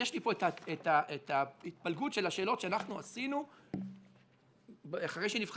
יש לי פה את ההתפלגות של השאלות שאנחנו עשינו אחרי שנבחרו.